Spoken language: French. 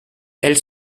elle